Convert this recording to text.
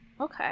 Okay